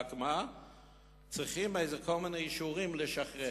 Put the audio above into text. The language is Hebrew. רק צריכים כל מיני אישורים כדי לשחרר.